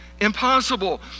impossible